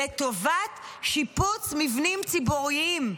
לטובת שיפוץ מבנים ציבוריים.